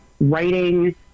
writing